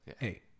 hey